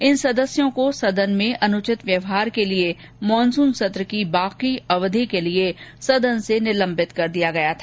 इन सदस्यों को सदन में अनुचित व्यवहार के लिए मॉनसून सत्र की बची अवधि के लिए सदन से निलंबित कर दिया गया था